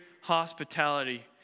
hospitality